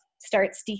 starts